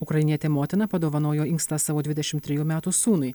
ukrainietė motina padovanojo inkstą savo dvidešim trejų metų sūnui